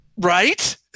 Right